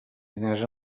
diners